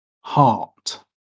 Heart